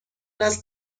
است